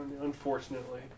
Unfortunately